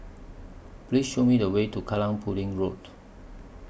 Please Show Me The Way to Kallang Pudding Road